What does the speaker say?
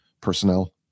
personnel